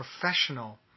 professional